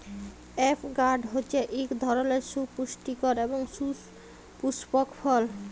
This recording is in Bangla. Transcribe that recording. এভকাড হছে ইক ধরলের সুপুষ্টিকর এবং সুপুস্পক ফল